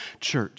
church